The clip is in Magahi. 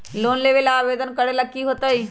लोन लेबे ला आवेदन करे ला कि करे के होतइ?